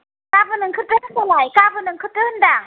गाबोन ओंखारदो होनब्लाय गाबोन ओंखारदो होनदां